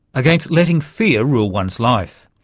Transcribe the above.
against letting fear rule one's life.